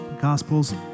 gospels